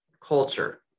culture